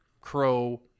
crow